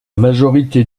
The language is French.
majorité